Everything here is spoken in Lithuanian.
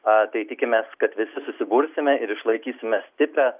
tai tikimės kad visi susibursime ir išlaikysime stiprią